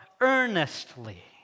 earnestly